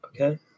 Okay